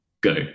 go